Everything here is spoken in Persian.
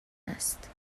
است